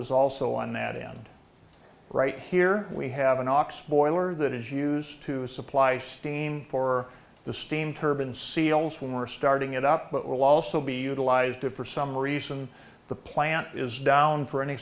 is also on that and right here we have an ox boiler that is used to supply steam for the steam turbine seals when we're starting it up but will also be utilized if for some reason the plant is down for any